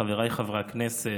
חבריי חברי הכנסת,